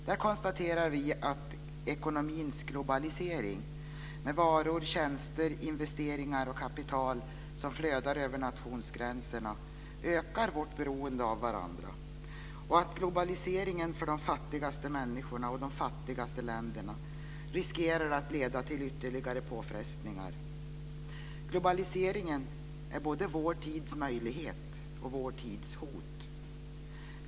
Där konstaterar vi att ekonomins globalisering, med varor, tjänster, investeringar och kapital som flödar över nationsgränserna ökar vårt beroende av varandra och att globaliseringen för de fattigaste människorna och de fattigaste länderna riskerar att leda till ytterligare påfrestningar. Globaliseringen är både vår tids möjlighet och vår tids hot.